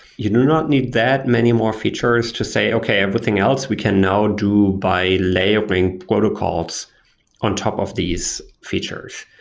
you do not need that many more features to say, okay, everything else we can now do by layering protocols on top of these features.